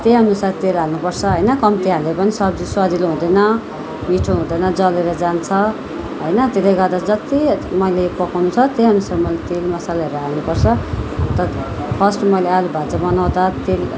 त्यही अनुसार तेल हाल्नु पर्छ होइन कम्ती हाले पनि सब्जी स्वादिलो हुँदैन मिठो हुँदैन जलेर जान्छ होइन त्यसले गर्दा जति मैले पकाउनु छ त्यही अनुसार मैले तेल मसालाहरू हाल्नु पर्छ त फर्स्ट मैले आलु भाजा बनाउँदा तेल